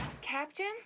Captain